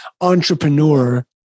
entrepreneur